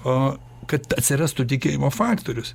o kad atsirastų tikėjimo faktorius